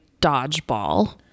dodgeball